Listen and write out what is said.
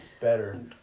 better